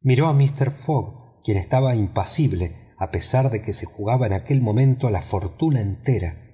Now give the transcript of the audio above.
miró a mister fogg quien estaba impasible a pesar de que se jugaba en aquel momento la fortuna entera